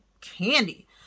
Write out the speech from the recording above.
candy